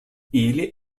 ili